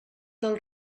del